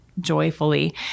joyfully